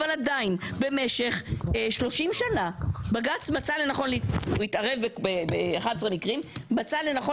אבל עדיין במשך 30 שנה בג"צ התערב ב-11 מקרים ומצא לנכון